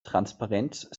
transparenz